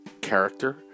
character